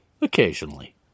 Occasionally